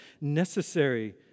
necessary